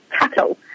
cattle